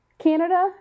Canada